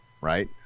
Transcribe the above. right